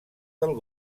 del